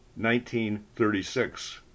1936